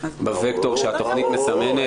בווקטור שהתכנית מסמנת,